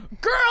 Girl